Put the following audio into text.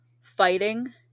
fighting